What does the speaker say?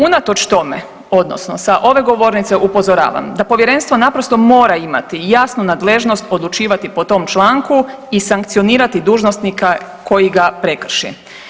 Unatoč tome, odnosno sa ove govornice upozoravam, da Povjerenstvo naprosto mora imati jasnu nadležnost odlučivati po tom članku i sankcionirati dužnosnika koji ga prekrši.